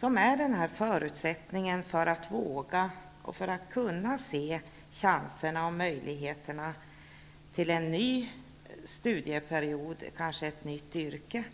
De är ju en förutsättning för att våga och för att kunna se chanserna och möjligheterna till en ny studieperiod och kanske ett nytt yrke